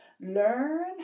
Learn